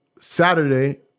Saturday